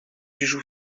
joue